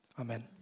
amen